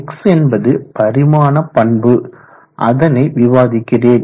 X என்பது பரிமாண பண்பு அதனை விவாதிக்கிறேன்